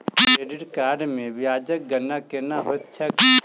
credit card मे ब्याजक गणना केना होइत छैक